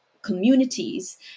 communities